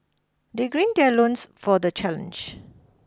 they grin their loins for the challenge